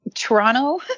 toronto